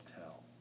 tell